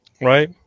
Right